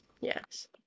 Yes